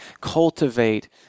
cultivate